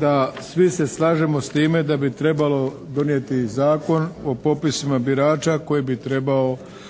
da svi se slažemo s time da bi trebalo donijeti Zakon o popisima birača koji bi trebao urediti